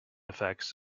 effects